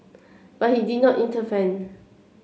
but he did not intervene